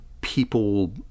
people